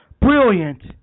Brilliant